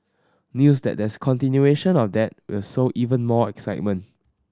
news that there's continuation of that will sow even more excitement